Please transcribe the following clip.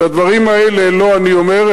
את הדברים האלה לא אני אומר,